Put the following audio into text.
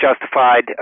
justified